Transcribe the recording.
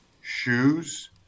shoes